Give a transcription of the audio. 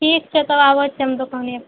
ठीक छै तब आबै छी हम दोकानेपर